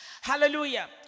Hallelujah